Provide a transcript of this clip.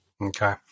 Okay